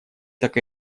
так